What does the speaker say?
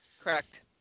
correct